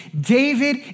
David